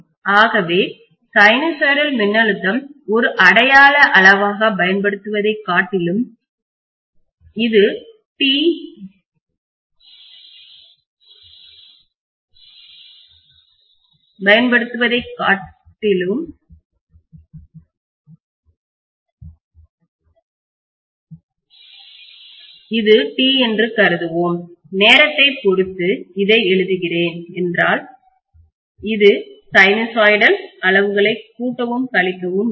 ஆகவே சைன்ஸாய்டல் மின்னழுத்தம் ஒரு அடையாள அளவாகப் பயன்படுத்துவதைக் காட்டிலும் இது t என்று கருதுவோம் நேரத்தை பொறுத்து இதை எழுதுகிறேன் என்றால் சைன்ஸாய்டல் அளவுகளை கூட்டவும் கழிக்கவும் வேண்டும்